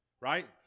right